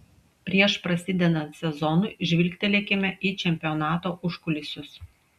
prieš prasidedant sezonui žvilgtelėkime į čempionato užkulisius